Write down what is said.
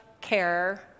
care